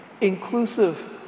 Inclusive